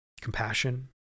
compassion